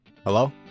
Hello